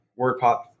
WordPop